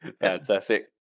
fantastic